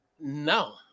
No